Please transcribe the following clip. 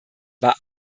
war